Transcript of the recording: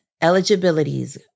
eligibilities